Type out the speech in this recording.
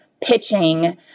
pitching